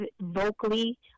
vocally